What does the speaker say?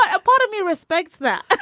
ah a part of me respects that,